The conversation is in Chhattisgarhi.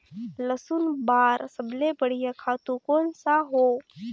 लसुन बार सबले बढ़िया खातु कोन सा हो?